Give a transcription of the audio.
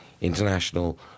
international